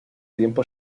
tiempo